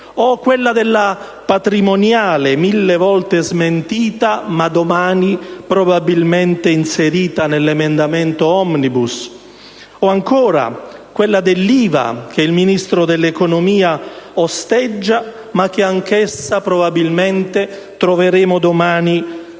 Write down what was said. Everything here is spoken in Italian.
o quella della patrimoniale mille volte smentita ma domani probabilmente inserita nell'emendamento *omnibus*? O ancora quella dell'IVA, che il Ministro dell'economia osteggia, ma che anch'essa probabilmente troveremo domani